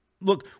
Look